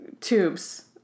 tubes